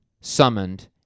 summoned